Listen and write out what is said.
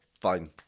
fine